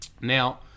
Now